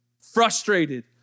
Frustrated